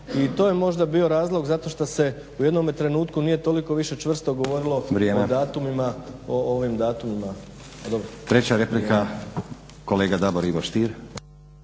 I to je možda bio razlog zato što se u jednome trenutku nije toliko više čvrsto govorilo o datumima, o ovim